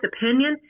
opinion